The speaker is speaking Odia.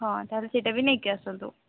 ହଁ ତାହେଲେ ସେଇଟା ବି ନେଇକି ଆସନ୍ତୁ